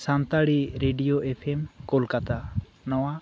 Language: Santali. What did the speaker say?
ᱥᱟᱱᱛᱟᱲᱤ ᱨᱮᱰᱤᱭᱳ ᱮᱯᱷᱮᱢ ᱠᱚᱞᱠᱟᱛᱟ ᱱᱚᱶᱟ